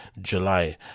July